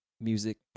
Music